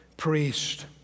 priest